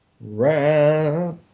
Wrap